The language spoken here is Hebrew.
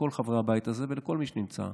לכל חברי הבית הזה ולכל מי שנמצא,